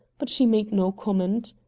but she made no comment.